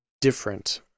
different